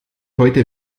heute